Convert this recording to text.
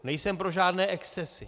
Nejsem pro žádné excesy.